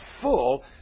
full